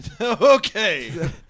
Okay